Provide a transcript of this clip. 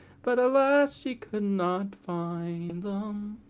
but, alas! she could not find them.